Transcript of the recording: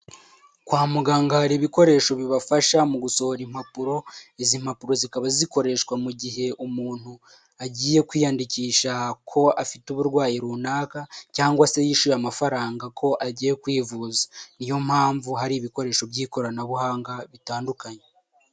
Kwa muganga hari ibikoresho bibafasha mu gusohora impapuro izi mpapuro zikaba zikoreshwa mu gihe umuntu agiye kwiyandikisha ko afite uburwayi runaka cyangwa se yishyuye amafaranga ko agiye kwivuza niyo mpamvu hari ibikoresho by'ikoranabuhanga bitandukanye.